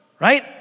right